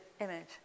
image